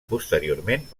posteriorment